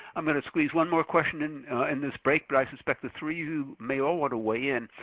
i'm gonna squeeze one more question in in this break, but i suspect the three of you may all want to weigh in.